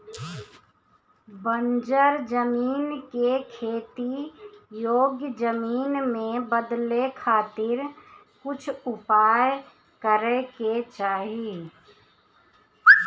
बंजर जमीन के खेती योग्य जमीन में बदले खातिर कुछ उपाय करे के चाही